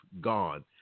gone